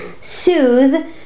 Soothe